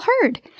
heard